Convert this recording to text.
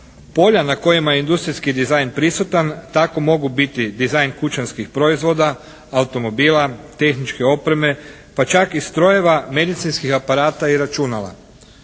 Polja na kojima je industrijski dizajn prisutan tako mogu biti dizajn kućanskih proizvoda, automobila, tehničke opreme pa čak i strojeva, medicinskih aparata i računala.